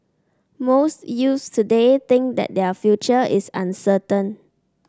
most youths today think that their future is uncertain